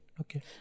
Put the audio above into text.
Okay